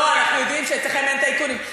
לא, אנחנו יודעים שאצלכם אין טייקונים.